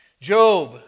Job